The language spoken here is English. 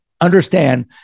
understand